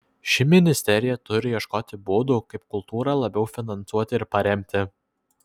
ši ministerija turi ieškoti būdų kaip kultūrą labiau finansuoti ir paremti